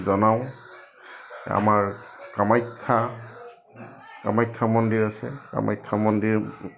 জনাওঁ আমাৰ কামাখ্যা কামাখ্যা মন্দিৰ আছে কামাখ্যা মন্দিৰ